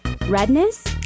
Redness